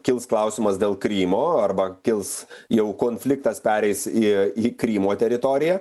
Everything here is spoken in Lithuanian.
kils klausimas dėl krymo arba kils jau konfliktas pereis į į krymo teritoriją